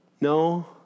No